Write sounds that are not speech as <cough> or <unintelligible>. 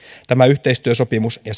tämä yhteistyösopimus ja <unintelligible>